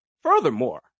furthermore